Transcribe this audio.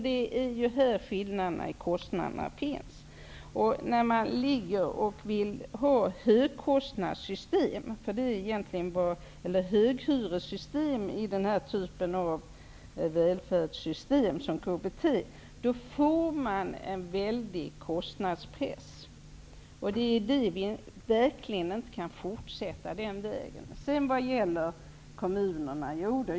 Det är här skillnaderna i kostnader finns. Med ett högkostnadssystem, eller höghyressystem, i ett välfärdssystem som KBT blir det en väldig press på kostnaderna uppåt. Vi kan verkligen inte fortsätta den vägen.